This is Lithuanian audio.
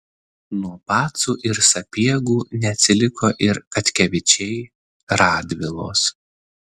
nuo pacų ir sapiegų neatsiliko ir katkevičiai radvilos